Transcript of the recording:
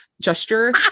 gesture